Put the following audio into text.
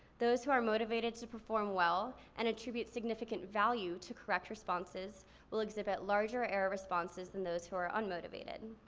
those who are motivated to perform well and attribute significant value to correct responses will exhibit larger error responses than those who are unmotivated.